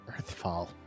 Earthfall